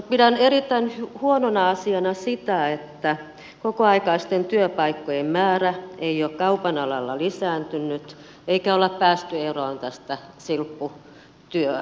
pidän erittäin huonona asiana sitä että kokoaikaisten työpaikkojen määrä ei ole kaupan alalla lisääntynyt eikä ole päästy eroon tästä silpputyöstä